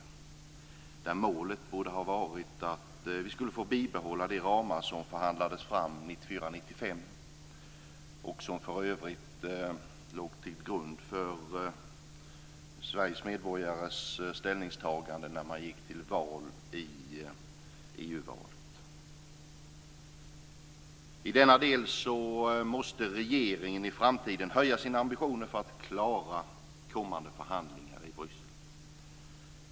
Målet borde ha varit att vi skulle få bibehålla de ramar som förhandlades fram 1994/95 och som för övrigt låg till grund för Sveriges medborgares ställningstagande när man gick till val i EU-valet. I denna del måste regeringen i framtiden höja sina ambitioner för att klara kommande förhandlingar i Bryssel.